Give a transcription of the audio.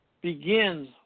begins